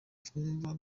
twumva